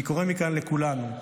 אני קורא מכאן לכולנו,